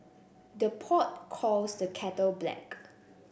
the pot calls the kettle black